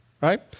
right